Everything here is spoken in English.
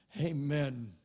amen